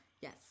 Yes